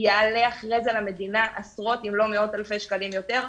יעלה אחר כך למדינה עשרות אם לא מאות אלפי שקלים יותר,